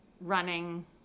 running